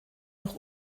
noch